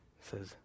says